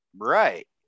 right